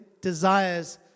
desires